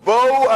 בואו,